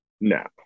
No